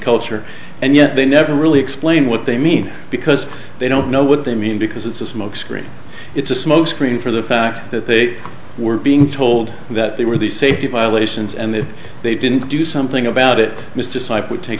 culture and yet they never really explain what they mean because they don't know what they mean because it's a smokescreen it's a smokescreen for the fact that they were being told that they were these safety violations and that they didn't do something about it mr sipe would take